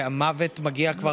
וזה החלק שמתחיל לעכב,